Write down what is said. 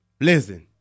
Listen